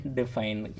define